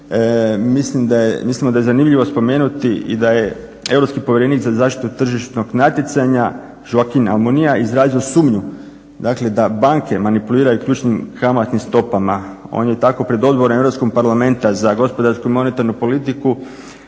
mislimo da je zanimljivo spomenuti i da je europskih povjerenik za zaštitu tržišnog natjecanja Joaqain Almunia izrazio sumnju dakle da banke manipuliraju ključnim kamatnim stopama. On je tako pred Odborom Europskog parlamenta za gospodarskog i monetarnu politiku